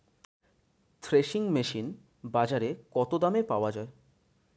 Threshing machine বাজারে কত দামে পাওয়া যায়?